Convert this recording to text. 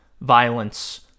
violence